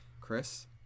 Chris